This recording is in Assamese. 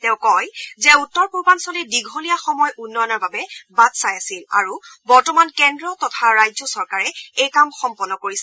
তেওঁ কয় যে উত্তৰপূৰ্বাঞলে দীঘলীয়া সময় উন্নয়নৰ বাবে বাট চাই আছিল আৰু বৰ্তমান কেন্দ্ৰ তথা ৰাজ্য চৰকাৰে এই কাম সম্পন্ন কৰিছে